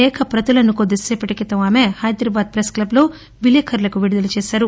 లేఖ ప్రతులను కొద్దిసేపటి క్రితం ఆమె హైదరాబాద్ పెస్క్లబ్లో విలేకరులకు విడుదల చేశారు